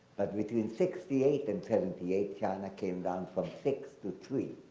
but between sixty eight and seventy eight, china came down from six to three,